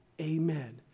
Amen